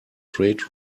trade